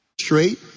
Straight